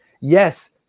Yes